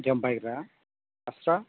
जोमबायग्रा फास्रा